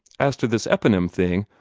as for this eponym thing,